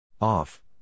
Off